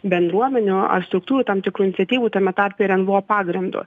bendruomenių ar struktūrų tam tikrų iniciatyvų tame tarpe ir nvo pagrindu